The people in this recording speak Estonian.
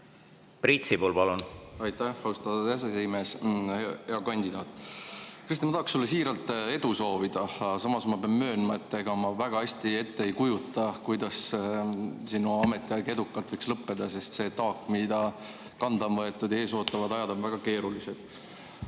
Priit Sibul, palun! Aitäh, austatud aseesimees! Hea kandidaat Kristen! Ma tahaks sulle siiralt edu soovida, samas pean möönma, et ega ma väga hästi ette ei kujuta, kuidas sinu ametiaeg saaks edukalt lõppeda, sest see taak, mis kanda on võetud, ja ees ootavad ajad on väga keerulised.